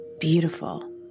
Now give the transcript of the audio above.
Beautiful